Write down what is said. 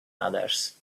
others